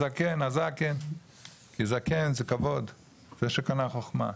הזקן, כי זקן זה כבוד, זה שקנה חוכמה וקשישא,